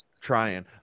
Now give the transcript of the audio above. trying